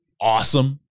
Awesome